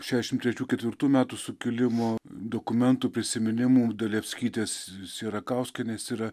šešiasdešimt trečių ketvirtų metų sukilimo dokumentų prisiminimų dalevskytės sierakauskienės yra